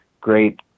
great